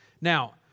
Now